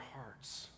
hearts